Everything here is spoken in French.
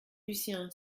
lucien